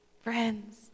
Friends